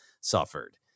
suffered